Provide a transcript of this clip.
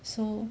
so